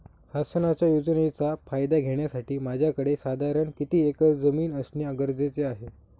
शासनाच्या योजनेचा फायदा घेण्यासाठी माझ्याकडे साधारण किती एकर जमीन असणे गरजेचे आहे?